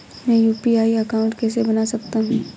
मैं UPI account कैसे बना सकता हूं?